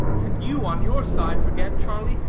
and you, on your side, forget, charlie,